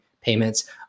payments